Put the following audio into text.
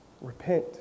repent